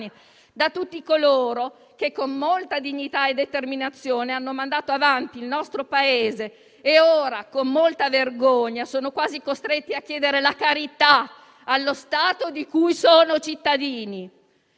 da tutti coloro che con molta dignità e determinazione hanno mandato avanti il nostro Paese e ora, con molta vergogna, sono quasi costretti a chiedere la carità allo Stato di cui sono cittadini.